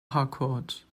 harcourt